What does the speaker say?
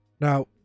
now